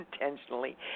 intentionally